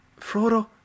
Frodo